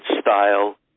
Style